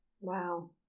Wow